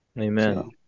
Amen